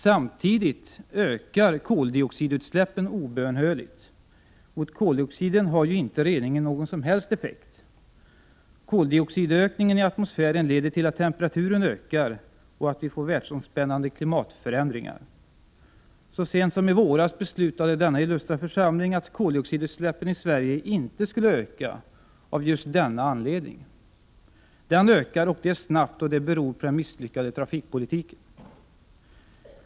Samtidigt ökar koldioxidutsläppen obönhörligt — mot koldioxiden har ju inte reningen någon som helst effekt. Koldioxidökningen i atmosfären leder till att temperaturen ökar och att vi får världsomspännande klimatförändringar. Så sent som i våras beslutade denna illustra församling att koldioxidutsläppen i Sverige inte skulle öka av just denna anledning. De ökar, och det snabbt, och det beror på den misslyckade trafikpolitiken.